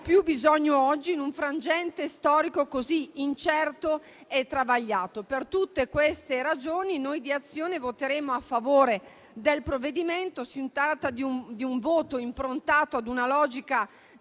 più bisogno oggi, in un frangente storico così incerto e travagliato. Per tutte queste ragioni, noi di Azione voteremo a favore del provvedimento. Si tratta di un voto improntato ad una logica